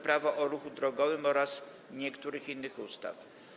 Prawo o ruchu drogowym oraz niektórych innych ustaw.